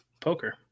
poker